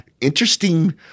Interesting